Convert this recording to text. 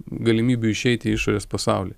galimybių išeiti į išorės pasaulį